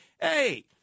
Hey